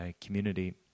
community